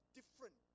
different